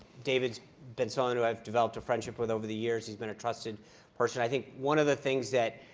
david's been someone who i've developed a friendship with over the years. he's been a trusted person. i think one of the things that